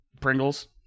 Pringles